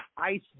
Ice